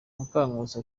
mukankusi